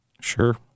Sure